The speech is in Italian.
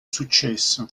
successo